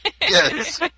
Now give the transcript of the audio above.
Yes